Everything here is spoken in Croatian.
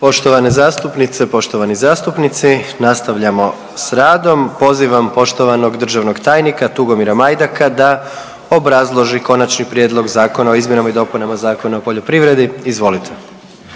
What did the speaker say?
Poštovane zastupnice i poštovani zastupnici, nastavljamo s radom, pozivam poštovanog državnog tajnika Tugomira Majdaka da obrazloži Konačni prijedlog zakona o izmjenama i dopunama Zakona o poljoprivredi, izvolite.